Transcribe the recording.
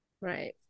Right